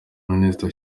minisitiri